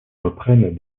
reprennent